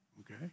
Okay